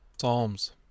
Psalms